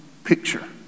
picture